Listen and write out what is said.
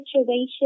situation